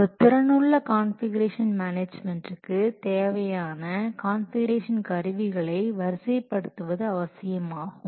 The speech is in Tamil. ஒரு திறனுள்ள கான்ஃபிகுரேஷன் மேனேஜ்மென்ட்க்கு தேவையான கான்ஃபிகுரேஷன் கருவிகளை வரிசைப்படுத்துவது அவசியமாகும்